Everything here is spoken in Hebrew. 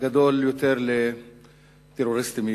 גדול יותר לטרוריסטים יהודים,